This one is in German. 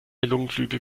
lungenflügel